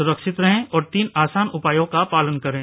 सुरक्षित रहें और तीन आसान उपायों का पालन करें